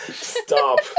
Stop